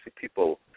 people